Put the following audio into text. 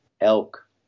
elk